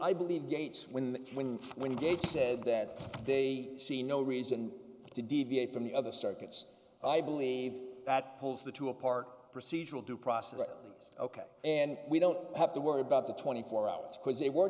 i believe gates when when when gates said that they see no reason to deviate from the other circuits i believe that pulls the two apart procedural due process of things ok and we don't have to worry about the twenty four hours because they were